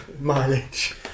mileage